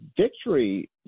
victory